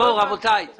יש